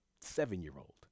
seven-year-old